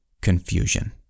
confusion